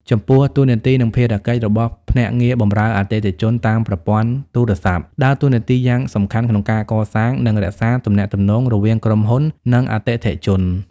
ចំពោះ តួនាទី និងភារកិច្ចរបស់ភ្នាក់ងារបម្រើអតិថិជនតាមប្រព័ន្ធទូរស័ព្ទ ដើរតួនាទីយ៉ាងសំខាន់ក្នុងការកសាង និងរក្សាទំនាក់ទំនងរវាងក្រុមហ៊ុន និងអតិថិជន។